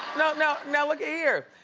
no, no, now look-a-here,